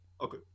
okay